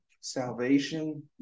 Salvation